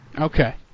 Okay